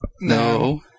No